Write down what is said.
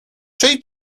czyj